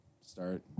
start